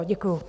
Děkuju.